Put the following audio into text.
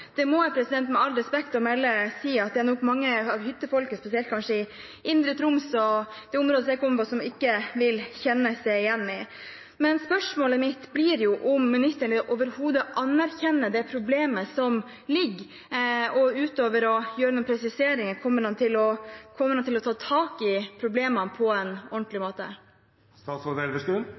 skiglede, må jeg, med all respekt å melde, si at det er nok mange av hyttefolket, spesielt kanskje i indre Troms og det området som jeg kommer fra, som ikke vil kjenne seg igjen i. Men spørsmålet mitt blir om ministeren overhodet anerkjenner det problemet som ligger. Og utover å gjøre noen presiseringer, kommer han til å ta tak i problemene på en ordentlig